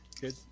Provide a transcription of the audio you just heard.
Good